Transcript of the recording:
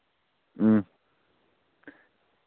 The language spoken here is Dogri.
अं